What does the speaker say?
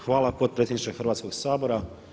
Hvala potpredsjedniče Hrvatskog sabora.